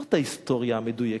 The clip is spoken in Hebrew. זאת ההיסטוריה המדויקת,